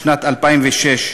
בשנת 2006,